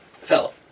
fellow